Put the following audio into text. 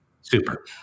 Super